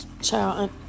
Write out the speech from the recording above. child